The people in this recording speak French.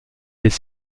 des